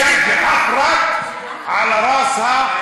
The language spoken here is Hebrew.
(אומר בערבית: תרנגולת חפרה ועל ראשה עפר